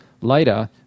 later